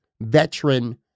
veteran